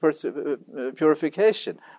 purification